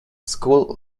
school